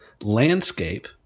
landscape